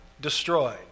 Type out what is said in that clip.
destroyed